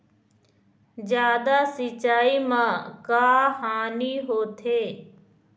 जादा सिचाई म का हानी होथे?